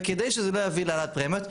וכדי שזה לא יביא להעלאת פרמיות,